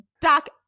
Doc